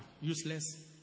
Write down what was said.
useless